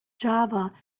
java